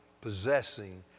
possessing